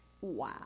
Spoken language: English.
Wow